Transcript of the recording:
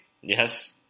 Yes